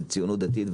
ציונות דתית,